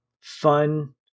fun